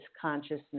consciousness